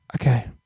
Okay